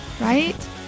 right